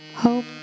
hope